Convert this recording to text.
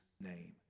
name